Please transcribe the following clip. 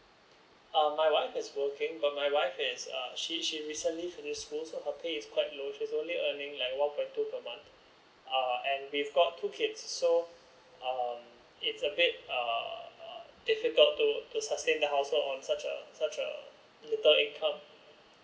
uh my wife is working but my wife is uh she she recently finish school so her pay is quite low she is only earning like one point two per month uh and we've got two kids so uh it's a bit err difficult to sustain the household on such a such a little income